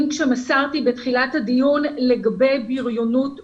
שמסרתי בתחילת הדיון לגבי בריונות ברשת.